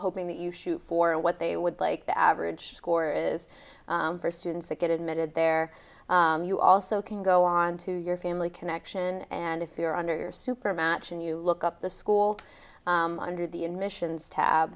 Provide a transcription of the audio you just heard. hoping that you shoot for and what they would like the average score is for students to get admitted there you also can go on to your family connection and if you're under your super match and you look up the school under the emissions tab